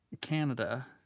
Canada